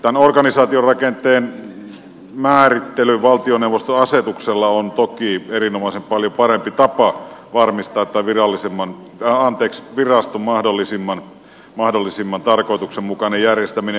tämän organisaatiorakenteen määrittely valtioneuvoston asetuksella on toki erinomaisen paljon parempi tapa varmistaa viraston mahdollisimman tarkoituksenmukainen järjestäminen